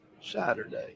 Saturday